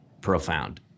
profound